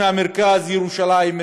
ירושלים,